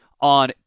on